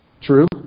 True